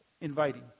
Inviting